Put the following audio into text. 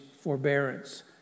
forbearance